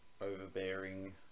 overbearing